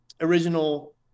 original